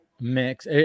mix